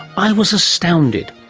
i was astounded,